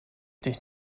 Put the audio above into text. dich